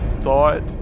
thought